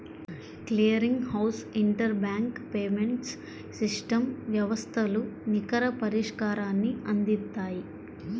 clearing house interbank payments system వ్యవస్థలు నికర పరిష్కారాన్ని అందిత్తాయి